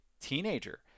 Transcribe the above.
teenager